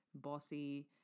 bossy